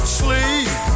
sleep